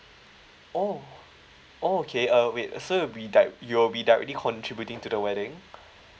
oh okay uh wait so you'll be di~ you will be directly contributing to the wedding